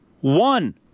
One